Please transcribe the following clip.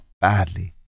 Badly